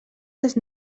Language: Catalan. les